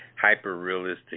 hyper-realistic